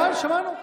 שמענו.